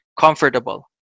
comfortable